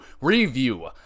review